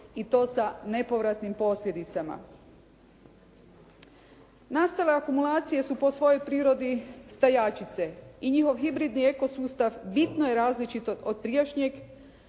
i to sa nepovratnim posljedicama. Nastale akumulacije su po svojoj prirodi stajačice i njihov hibridni eko sustav bitno je različit od prijašnjeg,